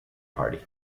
party